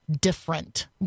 different